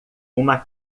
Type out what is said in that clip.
uma